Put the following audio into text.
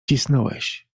cisnąłeś